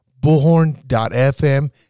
Bullhorn.fm